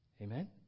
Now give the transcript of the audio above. Amen